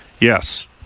Yes